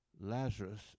lazarus